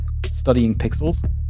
studyingpixels